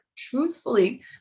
truthfully